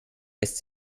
lässt